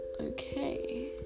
Okay